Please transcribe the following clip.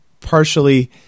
partially